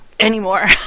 Anymore